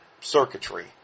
circuitry